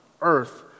earth